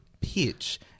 pitch